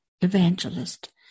evangelist